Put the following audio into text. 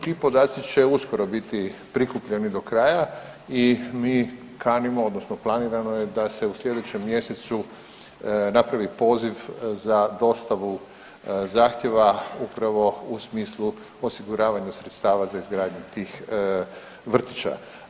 Ti podaci će uskoro biti prikupljeni do kraja i mi kanimo odnosno planirano je da se u sljedećem mjesecu napravi poziv za dostavu zahtjeva upravo u smislu osiguranja sredstva za izgradnju tih vrtića.